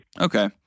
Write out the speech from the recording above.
Okay